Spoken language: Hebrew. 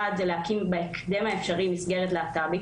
אחד זה להקים בהקדם האפשרי מסגרת להט"בית.